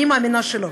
אני מאמינה שלא.